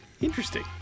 Interesting